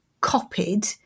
copied